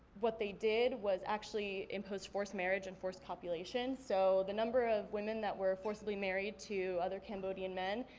what they did was actually impose forced marriage and forced copulation, so the number of women that were forcibly married to other cambodian men,